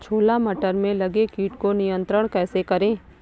छोला मटर में लगे कीट को नियंत्रण कैसे करें?